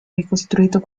ricostruito